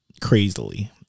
crazily